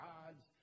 God's